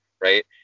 Right